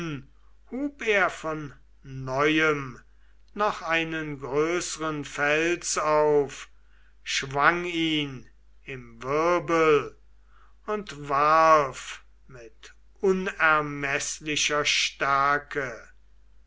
von neuem noch einen größeren fels auf schwang ihn im wirbel und warf mit unermeßlicher stärke